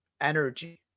energy